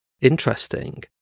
Interesting